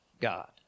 God